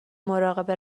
مراقب